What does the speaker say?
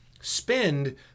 spend